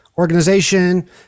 organization